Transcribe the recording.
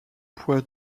poids